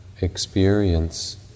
experience